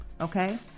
okay